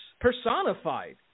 personified